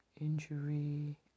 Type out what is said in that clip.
injury